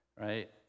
right